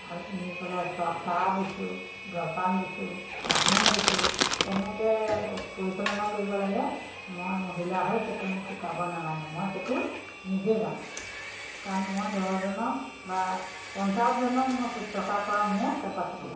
আৰু নি পেলাই চ চাহ দিছোঁ জলপান দিছোঁ তামোল দিছোঁ কেনেকৈ পৰিচালনা কৰিব লাগে মই মহিলা হৈ সেইটো মোক শিকাব নালাগে মই সেইটো নিজে জানোঁ কাৰণ মই দহজনক বা পঞ্চাছজনক মই শুশ্ৰূষা কৰাৰ মোৰ কেপাচিটি আছে